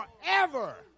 forever